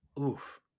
oof